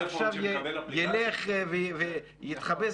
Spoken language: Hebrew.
עכשיו יילך ויחפש